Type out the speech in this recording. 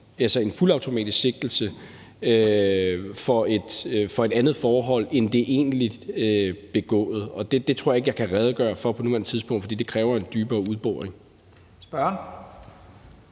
er en fuldautomatisk sigtelse for et andet forhold end det egentligt begåede. Det tror jeg ikke jeg kan redegøre for på nuværende tidspunkt, for det kræver en dybere udboring. Kl.